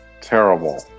Terrible